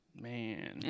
Man